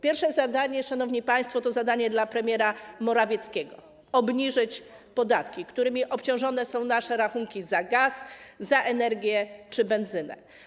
Pierwsze zadanie, szanowni państwo, to zadanie dla premiera Morawieckiego - obniżyć podatki, którymi obciążone są nasze rachunki za gaz, energię czy benzynę.